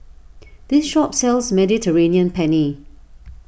this shop sells Mediterranean Penne